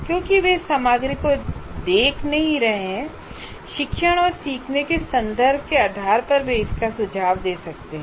क्योंकि वे सामग्री को नहीं देख रहे हैं शिक्षण और सीखने के संदर्भ के आधार पर वे इसका सुझाव दे सकते हैं